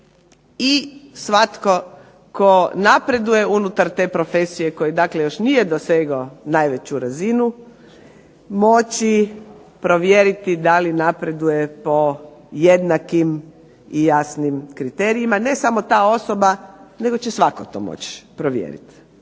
i svatko tko napreduje unutar te profesije, koji dakle još nije dosegao najveću razinu, moći provjeriti da li napreduje po jednakim i jasnim kriterijima, ne samo ta osoba, nego će svatko to moći provjeriti.